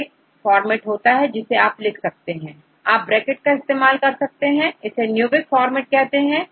तो एक फॉर्मेट होता है जिसे आप लिख सकते हैं आप ब्रैकेट का इस्तेमाल कर सकते हैं इसेNewick format कहते हैं